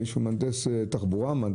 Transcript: למה לכם מותר לדבר ולו אסור?